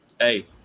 Hey